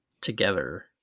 together